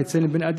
כבעל צלם בן-אדם,